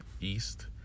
East